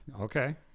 Okay